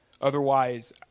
Otherwise